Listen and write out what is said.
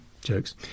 Jokes